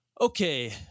Okay